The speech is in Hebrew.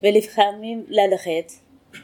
ולבחנים להלחץ